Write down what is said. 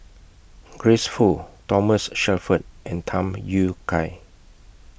Grace Fu Thomas Shelford and Tham Yui Kai